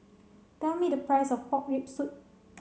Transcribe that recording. tell me the price of pork rib soup